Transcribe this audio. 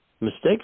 Mistakes